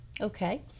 Okay